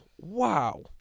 wow